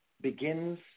begins